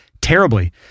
Terribly